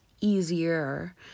easier